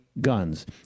guns